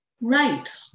right